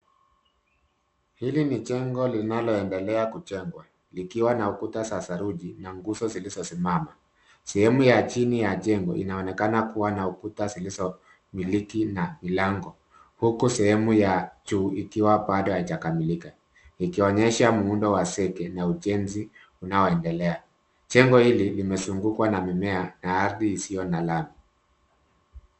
Hili ni jengo linaloendelea kujengwa. Likiwa na ukuta za saruji na nguzo zilizosimama. Sehemu ya chini ya jengo, inaonekana kuwa na ukuta zilizomiliki na milango, huku sehemu ya juu ikiwa bado halijakamilika. Ikionyesha muundo wa zege na ujenzi unaoendelea. Jengo hili limezungukwa na mimea na ardhi , isiyo na lami .